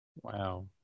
Wow